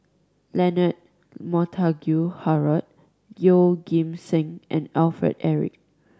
Leonard Montague Harrod Yeoh Ghim Seng and Alfred Eric